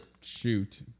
shoot